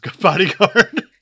bodyguard